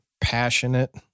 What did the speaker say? passionate